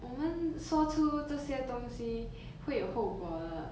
我们说出这些东西会有后果的